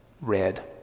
red